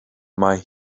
mae